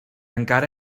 encara